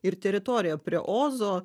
ir teritoriją prie ozo